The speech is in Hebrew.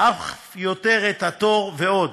אף יותר את התור, ועוד.